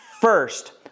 first